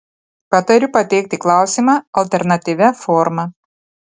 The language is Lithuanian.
patariu pateikti klausimą alternatyvia forma